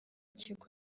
kigo